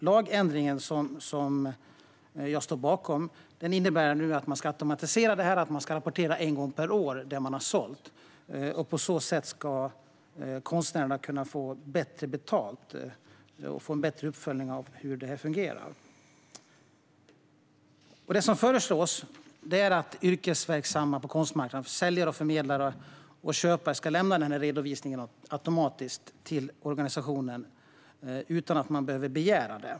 Lagändringen, som jag står bakom, innebär att detta ska automatiseras och att man ska rapportera det man har sålt en gång per år. På så sätt ska konstnärerna kunna få bättre betalt, och man får en bättre uppföljning av hur det hela fungerar. Det som föreslås är att yrkesverksamma på konstmarknaden, säljare, förmedlare och köpare, automatiskt ska lämna redovisningen till organisationen utan att man behöver begära det.